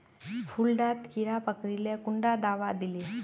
फुल डात कीड़ा पकरिले कुंडा दाबा दीले?